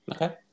Okay